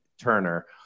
Turner